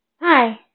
Hi